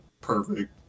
perfect